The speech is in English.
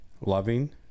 loving